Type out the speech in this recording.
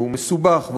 והוא מסובך,